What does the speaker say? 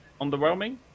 underwhelming